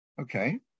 Okay